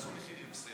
אז אתה מבטל.